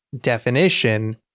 definition